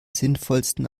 sinnvollsten